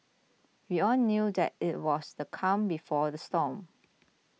we all knew that it was the calm before the storm